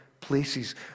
places